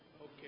Okay